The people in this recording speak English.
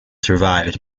survived